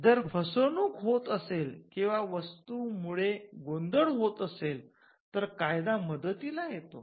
जर फसवणूक होत असेल किंवा वस्तू मुळे गोंधळ होत असेल तर कायदा मदतीला येतो